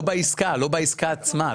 לא בעסקה עצמה.